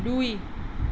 দুই